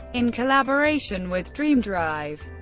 in collaboration with dream drive,